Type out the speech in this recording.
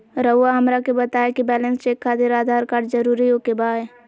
रउआ हमरा के बताए कि बैलेंस चेक खातिर आधार कार्ड जरूर ओके बाय?